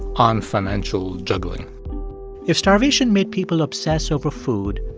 on financial juggling if starvation made people obsess over food,